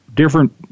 different